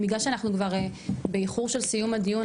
בגלל שאנחנו באיחור של סיום הדיון,